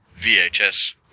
VHS